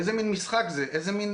איזה מן משחק זה, איזו מן